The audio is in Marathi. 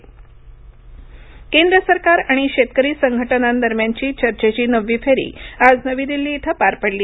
शेतकरी चर्चा केंद्र सरकार आणि शेतकरी संघटनांदरम्यानची चर्चेची नववी फेरी आज नवी दिल्ली इथं पार पडली